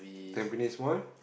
Tampines-One